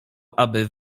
aby